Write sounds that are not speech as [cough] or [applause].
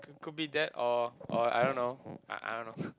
could could be that or or I don't know I I don't know [breath]